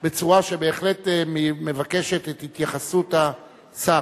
בצורה שבהחלט מבקשת את התייחסות השר.